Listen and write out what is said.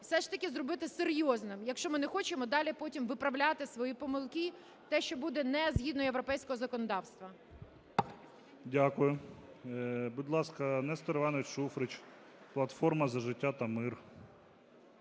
все ж таки зробити серйозно, якщо ми не хочемо далі потім виправляти свої помилки, те, що буде не згідно європейського законодавства. ГОЛОВУЮЧИЙ. Дякую. Будь ласка, Нестор Іванович Шуфрич, "Платформа за життя та мир".